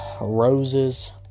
Roses